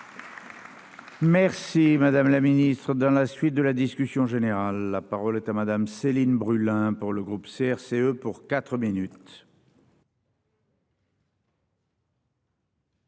Merci, madame la Ministre, dans la suite de la discussion générale. La parole est à madame Céline Brulin, pour le groupe CRCE pour 4 minutes.